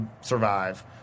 survive